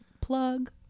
Plug